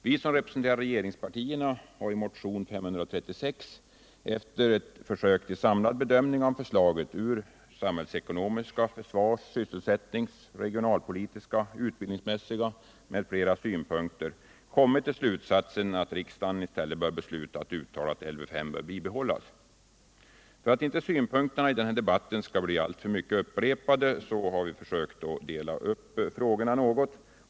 Vi som representerar regeringspartierna har i motionen 536 efter ett försök till samlad bedömning av förslaget från samhällsekonomiska, försvars-, sysselsättnings-, regionalpolitiska, utbildningsmässiga m.fl. synpunkter kommit till slutsatsen att riksdagen i stället bör besluta att uttala att Lv 5 skall bibehållas. För att inte synpunkterna i den här debatten skall bli alltför mycket upprepade har vi försökt dela upp frågorna något.